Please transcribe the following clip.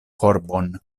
korbon